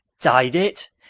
dyed it!